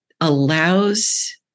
allows